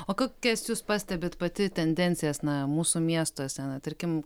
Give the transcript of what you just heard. o kokias jūs pastebit pati tendencijas na mūsų miestuose na tarkim